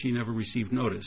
she never received not